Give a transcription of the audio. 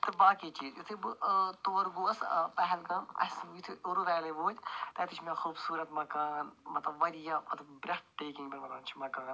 تہٕ باقٕے چیٖز یِتھٕے بہٕ ٲں تور گوس ٲں پہلگام اسہِ یِتھٕے پوٗرٕ ویلی وٲتۍ تَتہِ وُچھ مےٚ خوٗبصوٗرت مَکان مطلب واریاہ مطلب برٛیٚتھ ٹیکِنٛگ یِمن ونان چھِ مَکان